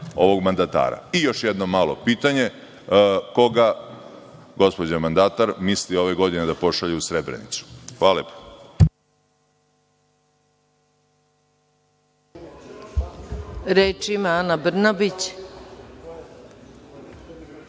ovog mandatara.I još jedno malo pitanje – koga gospođa mandatar misli ove godine da pošalje u Srebrenicu? Hvala lepo.